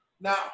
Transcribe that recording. Now